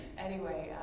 anyway,